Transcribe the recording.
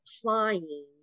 applying